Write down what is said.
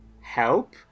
help